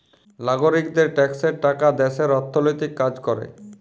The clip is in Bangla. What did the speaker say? লাগরিকদের ট্যাক্সের টাকা দ্যাশের অথ্থলৈতিক কাজ ক্যরে